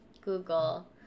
Google